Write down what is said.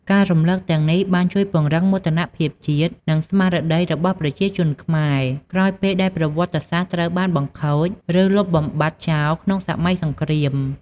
ការរំលឹកទាំងនេះបានជួយពង្រឹងមោទនភាពជាតិ និងស្មារតីរបស់ប្រជាជនខ្មែរ ក្រោយពេលដែលប្រវត្តិសាស្ត្រត្រូវបានបង្ខូច ឬលុបបំបាត់ចោលក្នុងសម័យសង្គ្រាម។